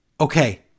Okay